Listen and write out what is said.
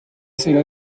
será